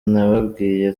nababwiye